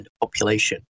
population